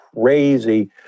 crazy